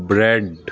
bread